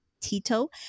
Tito